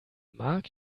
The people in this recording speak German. marc